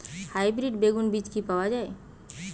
Hybrid বেগুন বীজ কি পাওয়া য়ায়?